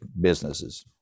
businesses